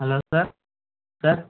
hello sir sir